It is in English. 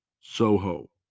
Soho